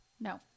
No